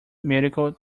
medical